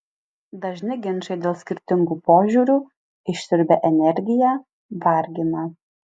dažni ginčai dėl skirtingų požiūrių išsiurbia energiją vargina